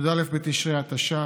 י"א בתשרי התש"ף,